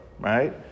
right